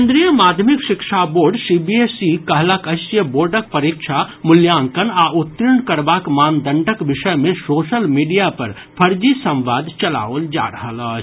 केन्द्रीय माध्यमिक शिक्षा बोर्ड सीबीएसई कहलक अछि जे बोर्डक परीक्षा मूल्यांकन आ उत्तीर्ण करबाक मानदंडक विषय मे सोशल मीडिया पर फर्जी संवाद चलाओल जा रहल अछि